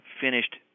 finished